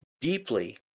deeply